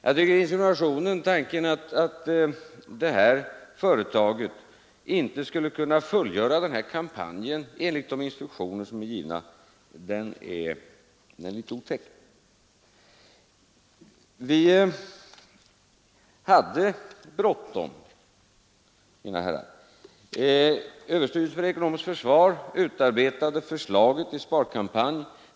Jag tycker att insinuationen att detta företag inte skulle kunna föra den här kampanjen enligt givna instruktioner är litet otäck. Vi hade bråttom, mina herrar. Överstyrelsen för ekonomiskt försvar utarbetade förslaget till sparkampanj.